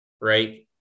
right